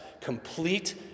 complete